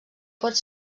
pot